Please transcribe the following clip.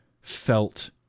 felt